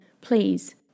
please